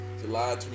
July